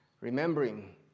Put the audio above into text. Remembering